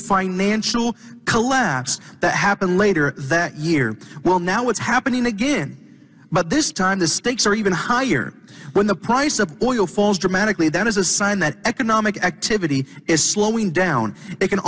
financial collapse that happened later that year well now what's happening again but this time the stakes are even higher when the price of oil falls dramatically that is a sign that economic activity is slowing down they can